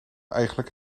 eigenlijk